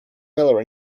miller